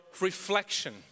reflection